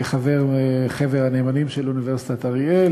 כחבר חבר הנאמנים של אוניברסיטת אריאל,